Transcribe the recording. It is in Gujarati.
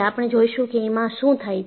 આપણે જોઈશું કે એમાં શું થાય છે